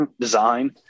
design